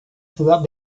ciudad